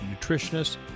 nutritionists